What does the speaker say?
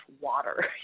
water